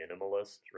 minimalist